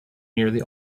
nearly